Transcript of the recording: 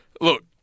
look